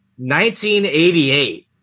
1988